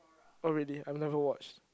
oh really I never watch